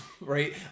right